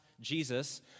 jesus